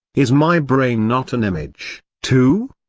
is my brain not an image, too?